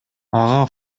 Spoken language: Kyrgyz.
ага